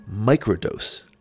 Microdose